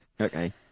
Okay